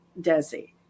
Desi